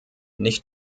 nicht